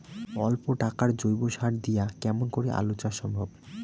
অল্প টাকার জৈব সার দিয়া কেমন করি আলু চাষ সম্ভব?